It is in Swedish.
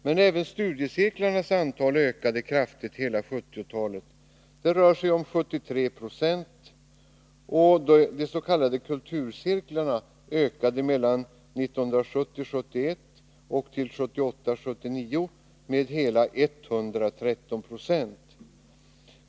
Men även studiecirklarnas antal ökade kraftigt under hela 1970-talet. Det rör sig om 73 90, och de s.k. kulturcirklarna ökade från 1970 79 med hela 113 90.